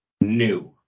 new